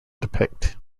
depict